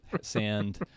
sand